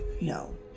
No